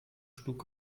schlug